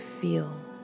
feel